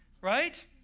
right